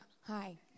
Hi